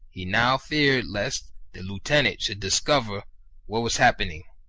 he now feared lest the lieutenant should discover what was happen ing,